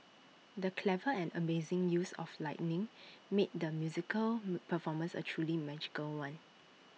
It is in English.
the clever and amazing use of lighting made the musical performance A truly magical one